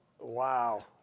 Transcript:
Wow